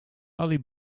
ali